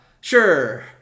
sure